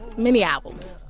many albums